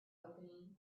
opening